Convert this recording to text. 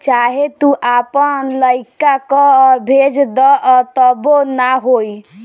चाहे तू आपन लइका कअ भेज दअ तबो ना होई